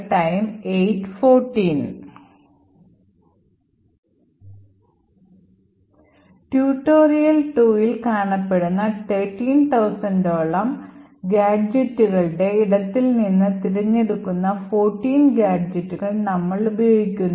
tutorial 2 ൽ കാണപ്പെടുന്ന 13000ത്തോളം ഗാഡ്ജെറ്റുകളുടെ ഇടത്തിൽ നിന്ന് തിരഞ്ഞെടുത്ത 14 ഗാഡ്ജെറ്റുകൾ നമ്മൾ ഉപയോഗിക്കുന്നു